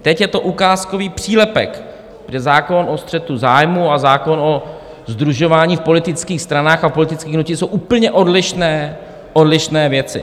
Teď je to ukázkový přílepek, zákon o střetu zájmů a zákon o sdružování v politických stranách a politických hnutích jsou úplně odlišné věci.